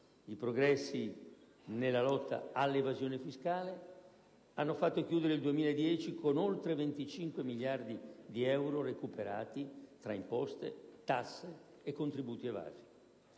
I progressi nella lotta all'evasione fiscale hanno fatto chiudere il 2010 con oltre 25 miliardi di euro recuperati tra imposte, tasse e contributi evasi.